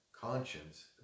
conscience